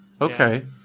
Okay